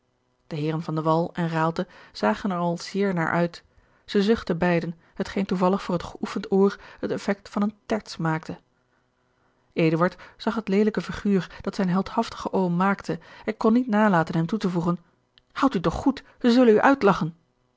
de wall en raalte zagen er al zeer naar uit zij zuchtten beiden hetgeen toevallig voor het geoefend oor het effect van een terts maakte eduard zag het leelijke figuur dat zijn heldhaftige oom maakte en kon niet nalaten hem toe te voegen houd u toch goed zij zullen u uitlagchen